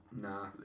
nah